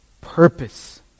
purpose